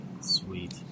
Sweet